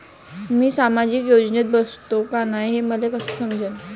मी सामाजिक योजनेत बसतो का नाय, हे मले कस समजन?